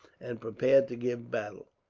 and prepared to give battle.